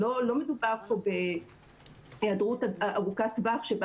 לא מדובר פה בהיעדרות ארוכת טווח שבה